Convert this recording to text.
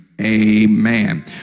Amen